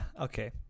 okay